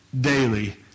daily